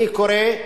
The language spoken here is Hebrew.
אני קורא,